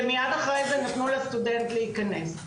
ומייד אחרי זה נתנו לסטודנט להיכנס.